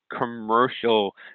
commercial